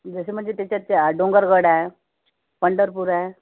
जसे म्हणजे त्याच्यात त्या डोंगरवाडा आहे पंढरपूर आहे